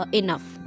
enough